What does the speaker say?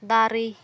ᱫᱟᱨᱮ